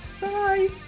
Bye